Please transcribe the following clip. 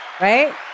right